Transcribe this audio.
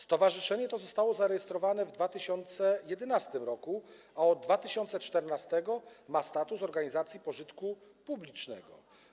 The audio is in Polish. Stowarzyszenie to zostało zarejestrowane w 2011 r., a od 2014 r. ma status organizacji pożytku publicznego.